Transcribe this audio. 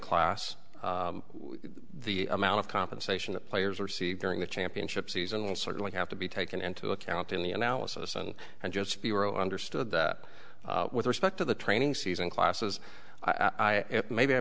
class the amount of compensation that players are see during the championship season will certainly have to be taken into account in the analysis and and just be understood that with respect to the training season classes i and maybe i